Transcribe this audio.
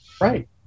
right